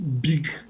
big